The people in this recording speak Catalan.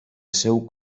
seu